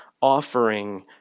offering